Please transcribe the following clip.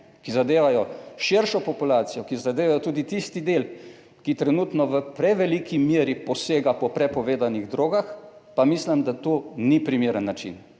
ki zadevajo širšo populacijo, ki zadevajo tudi tisti del, ki trenutno v preveliki meri posega po prepovedanih drogah, pa mislim, da to ni primeren način